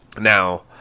Now